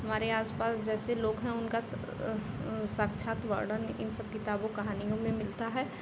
हमारे आसपास जैसे लोग हैं उनका साक्षात वर्णन इनसब कहानियों किताबों में मिलता है